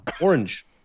orange